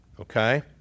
Okay